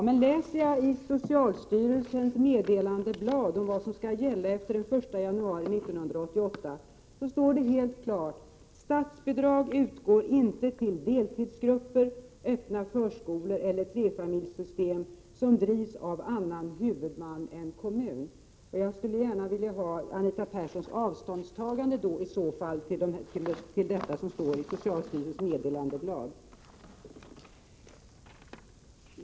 Men om jag läser i socialstyrelsens Meddelandeblad om vad som skall gälla efter den 1 januari 1988, framgår det helt klart att statsbidrag inte utgår till deltidsgrupper, öppen förskola eller trefamiljssystem som drivs av annan huvudman än kommun. I så fall skulle jag vilja att Anita Persson tar avstånd från det som står i socialstyrelsens Meddelandeblad.